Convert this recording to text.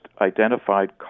identified